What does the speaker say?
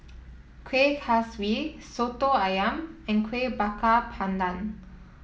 Kueh Kaswi Soto ayam and Kueh Bakar Pandan